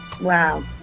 Wow